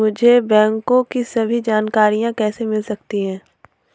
मुझे बैंकों की सभी जानकारियाँ कैसे मिल सकती हैं?